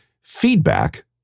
feedback